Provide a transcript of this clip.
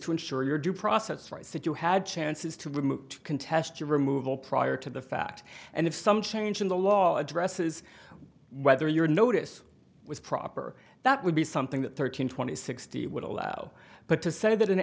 to ensure due process rights that you had chances to remove to contest your removal prior to the fact and if some change in the law addresses whether your notice was proper that would be something that thirteen twenty sixty would allow but to say that an